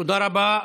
--- תודה רבה.